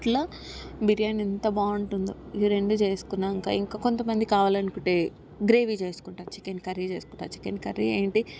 అట్లా బిర్యానీ ఎంత బాగుంటుందో ఈ రెండు చేసుకున్నాకా ఇంకా కొంతమంది కావాలనుకుంటే గ్రేవీ చేసుకుంటారు చికెన్ కర్రీ చేసుకుంటారు చికెన్ కర్రీ ఏంటి